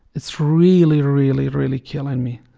it's really, really, really killing me.